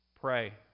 Pray